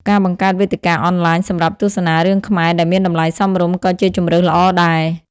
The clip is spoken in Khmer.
ការបង្កើតវេទិកាអនឡាញសម្រាប់ទស្សនារឿងខ្មែរដែលមានតម្លៃសមរម្យក៏ជាជម្រើសល្អដែរ។